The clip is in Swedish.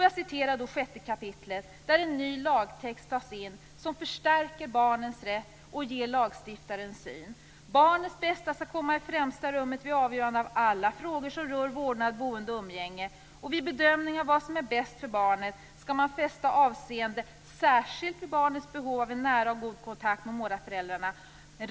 Jag citerar från sjätte kapitlet, där en ny lagtext tas in som förstärker barnens rätt och som ger en bild av lagstiftarens syn på frågan: "Barnets bästa skall komma i främsta rummet vid avgörande enligt detta kapitel av alla frågor som rör vårdnad, boende och umgänge. Vid bedömningen av vad som är bäst för barnet skall det fästas avseende särskilt vid barnets behov av en nära och god kontakt med båda föräldrarna.